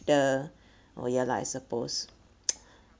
the oh ya lah I suppose